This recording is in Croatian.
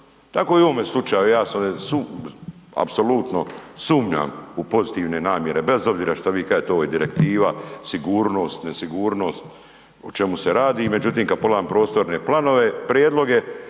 Tako i u ovome slučaju, a ja sam apsolutno sumnjam u pozitivne namjere bez obzira što vi kažete ovo je direktiva, sigurnost, nesigurnost o čemu se radi. Međutim kad pogledam prostorne planove, prijedloge,